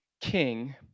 king